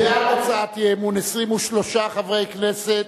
בעד הצעת האי-אמון, 23 חברי כנסת,